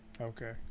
Okay